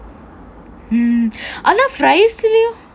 mm ஆனா:aana fries யில்லயும்:yillayum